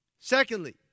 Secondly